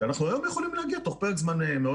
שאנחנו היום יכולים להגיע תוך פרק זמן מאוד